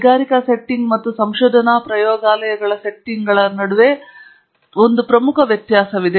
ಕೈಗಾರಿಕಾ ಸೆಟ್ಟಿಂಗ್ ಮತ್ತು ಸಂಶೋಧನಾ ಪ್ರಯೋಗಾಲಯ ಸೆಟ್ಟಿಂಗ್ಗಳ ನಡುವೆ ಒಂದು ಪ್ರಮುಖ ವ್ಯತ್ಯಾಸವಿದೆ